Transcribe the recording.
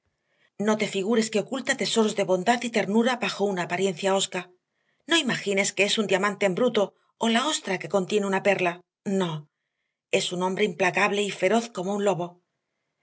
no te figures que oculta tesoros de bondad y ternura bajo una apariencia hosca no imagines que es un diamante en bruto o la ostra que contiene una perla no es un hombre implacable y feroz como un lobo